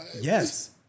Yes